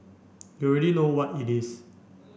you already know what it is